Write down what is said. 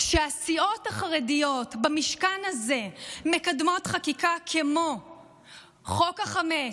כשהסיעות החרדיות במשכן הזה מקדמות חקיקה כמו חוק החמץ,